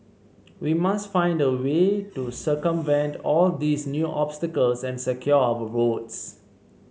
we must find a way to circumvent all these new obstacles and secure our votes